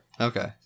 okay